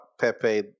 Pepe